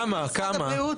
כמה, כמה?